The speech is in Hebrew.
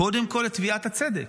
קודם כול את תביעת הצדק,